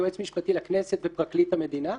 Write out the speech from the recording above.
יועץ משפטי לכנסת ופרקליט המדינה.